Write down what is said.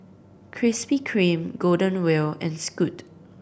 Krispy Kreme Golden Wheel and Scoot